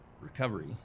recovery